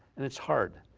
and it's hard,